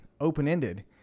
open-ended